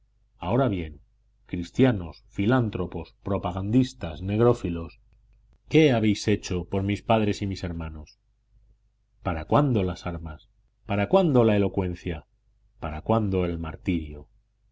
ahora bien cristianos filántropos propagandistas negrófilos qué habéis hecho por mis padres y mis hermanos para cuándo las armas para cuándo la elocuencia para cuándo el martirio